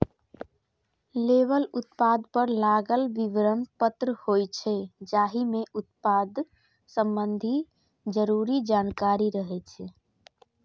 label उत्पाद पर लागल विवरण पत्र होइ छै, जाहि मे उत्पाद संबंधी जरूरी जानकारी रहै छै